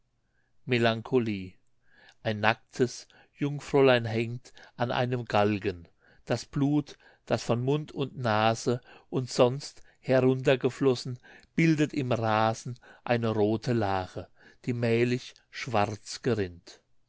melancholie ein nacktes jungfräulein hängt an einem galgen das blut das von mund und nase und sonst herunter geflossen bildet im rasen eine rote lache die mählich schwarz gerinnt